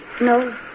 No